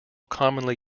commonly